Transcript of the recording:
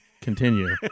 continue